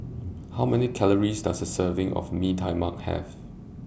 How Many Calories Does A Serving of Mee Tai Mak Have